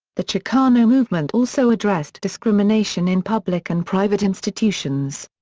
the chicano movement also addressed discrimination in public and private institutions.